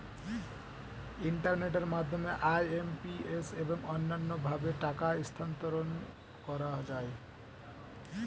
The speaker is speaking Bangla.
ইন্টারনেটের মাধ্যমে আই.এম.পি.এস এবং অন্যান্য ভাবে টাকা স্থানান্তর করা যায়